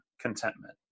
contentment